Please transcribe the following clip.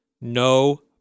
No